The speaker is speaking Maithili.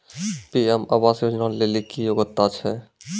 पी.एम आवास योजना लेली की योग्यता छै?